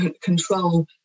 control